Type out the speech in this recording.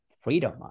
freedom